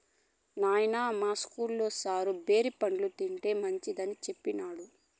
నాయనా, మా ఇస్కూల్లో సారు బేరి పండ్లు తింటే మంచిదని సెప్పినాడు